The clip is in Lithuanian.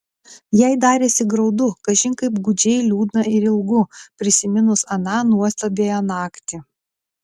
jai darėsi graudu kažin kaip gūdžiai liūdna ir ilgu prisiminus aną nuostabiąją naktį